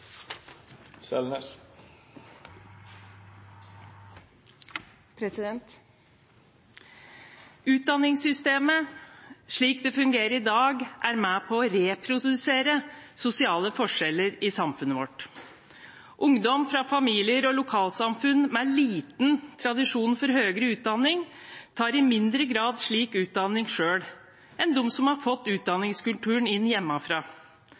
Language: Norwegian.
Utdanningssystemet, slik det fungerer i dag, er med på å reprodusere sosiale forskjeller i samfunnet vårt. Ungdom fra familier og lokalsamfunn med liten tradisjon for høyere utdanning tar i mindre grad slik utdanning selv enn de som har fått utdanningskulturen inn hjemmefra.